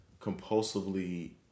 compulsively